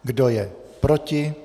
Kdo je proti?